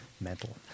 mental